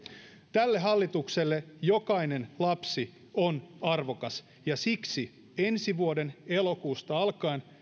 tälle hallitukselle jokainen lapsi on arvokas ja siksi ensi vuoden elokuusta alkaen